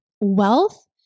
wealth